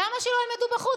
למה שלא ילמדו בחוץ?